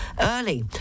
early